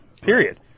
period